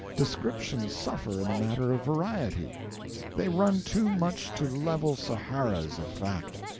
descriptions suffer in the matter of variety they run too much to level saharas of fact,